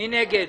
מי נגד?